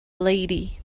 lady